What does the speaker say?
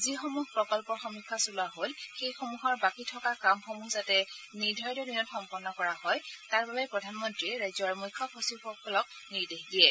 যিসমূহ প্ৰকল্পৰ সমীক্ষা চলোৱা হ'ল সেইসমূহৰ বাকী থকা কামসমূহ যাতে নিৰ্ধাৰিত দিনত সম্পন্ন কৰা হয় তাৰ বাবে প্ৰধানমন্ত্ৰীয়ে ৰাজ্যৰ মুখ্য সচিবসকলক নিৰ্দেশ দিয়ে